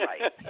right